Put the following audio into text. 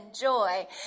joy